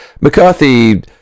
McCarthy